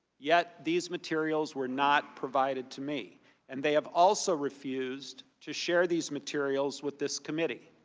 yet, these materials were not provided to me and they have also refused to share these materials with this committee.